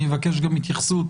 אני אבקש גם התייחסות